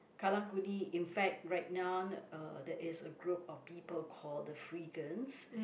Karang Guni in fact right now uh there is a group of people called the freegans